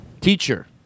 Teacher